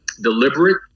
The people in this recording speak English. deliberate